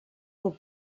will